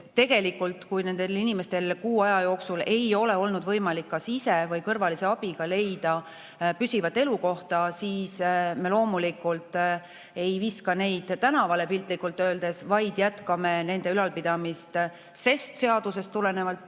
ka laeva. Kui nendel inimestel kuu aja jooksul ei ole olnud võimalik kas ise või kõrvalise abiga leida püsivat elukohta, siis me loomulikult ei viska neid piltlikult öeldes tänavale, vaid jätkame nende ülalpidamist. Seadusest tulenevalt